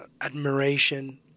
admiration